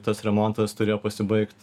tas remontas turėjo pasibaigt